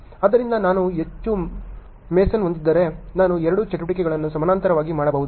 ಆದ್ದರಿಂದ ನಾನು ಹೆಚ್ಚು ಮೇಸನ್ ಹೊಂದಿದ್ದರೆ ನಾನು ಎರಡೂ ಚಟುವಟಿಕೆಗಳನ್ನು ಸಮಾನಾಂತರವಾಗಿ ಮಾಡಬಹುದು